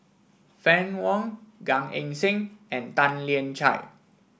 Fann Wong Gan Eng Seng and Tan Lian Chye